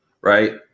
right